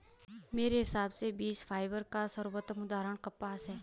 मेरे हिसाब से बीज फाइबर का सर्वोत्तम उदाहरण कपास है